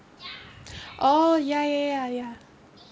oh ya ya ya ya